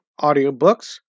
audiobooks